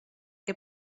què